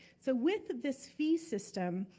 so with this fee system,